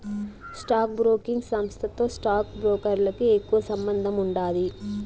stock broking సంస్థతో stock బ్రోకర్లకి ఎక్కువ సంబందముండాది